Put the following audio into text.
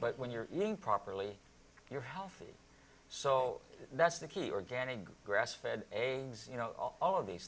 but when you're eating properly you're healthy so that's the key organic grass fed a you know all of these